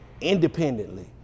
independently